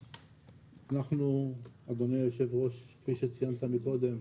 אנחנו אדוני יושב הראש, כפי שציינת קודם,